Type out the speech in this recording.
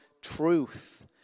truth